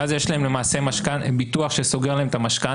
שאז יש להם למעשה ביטוח שסוגר להם את המשכנתה,